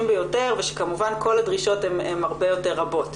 ביותר ושכמובן כל הדרישות הן הרבה יותר רבות.